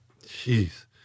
Jeez